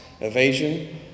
evasion